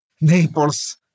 Naples